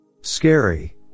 Scary